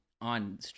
on